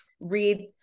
read